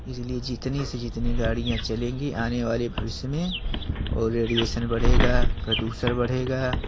इसलिए जितनी से जितनी गाड़ियाँ चलेंगी आनेवाले भविष्य में और रेडिएसन बढ़ेगा प्रदूषण बढ़ेगा